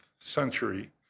century